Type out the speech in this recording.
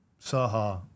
Saha